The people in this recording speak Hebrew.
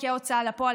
תיקי הוצאה לפועל,